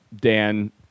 Dan